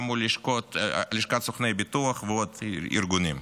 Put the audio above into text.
גם מול לשכת סוכני הביטוח ועוד ארגונים.